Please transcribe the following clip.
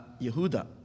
Yehuda